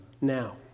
now